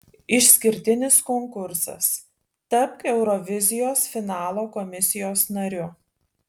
išskirtinis konkursas tapk eurovizijos finalo komisijos nariu